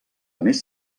més